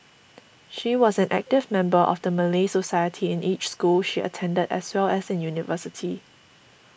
she was an active member of the Malay Society in each school she attended as well as in university